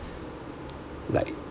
like